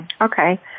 Okay